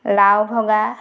লাউভগা